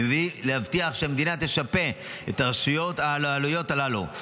מבלי להבטיח שהמדינה תשפה את הרשויות על העלויות הללו.